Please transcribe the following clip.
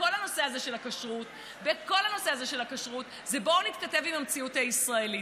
בכל הנושא הזה של הכשרות: בואו נתכתב עם המציאות הישראלית,